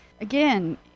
again